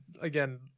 again